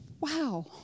wow